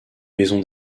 maison